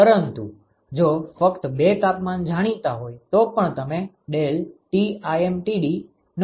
પરંતુ જો ફક્ત બે તાપમાન જાણીતા હોય તો પણ તમે ∆Tlmtd નો ઉપયોગ કરી શકો છો